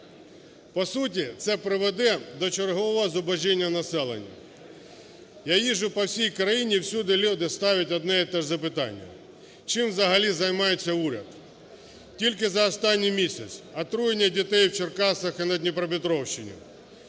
По суті це приведе до чергового зубожіння населення. Я їжджу по всій країні і всюди люди ставлять одне і те ж запитання: чим взагалі займається уряд? Тільки за останній місяць: отруєння дітей в Черкасах і на Дніпропетровщині,